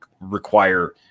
require